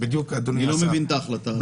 גם אני לא מבין את ההחלטה הזאת.